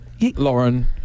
Lauren